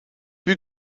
wie